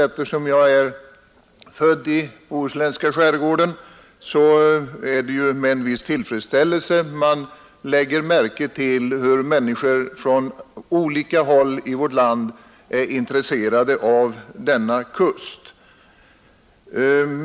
Eftersom jag är född i den bohuslänska skärgården är det med en viss tillfredsställelse jag lägger märke till att människor från olika håll i vårt land är intresserade av denna kust.